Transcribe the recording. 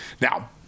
Now